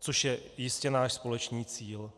což je jistě náš společný cíl.